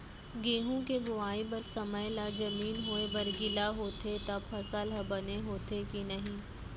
गेहूँ के बोआई बर समय ला जमीन होये बर गिला होथे त फसल ह बने होथे की नही?